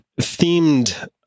themed